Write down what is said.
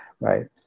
right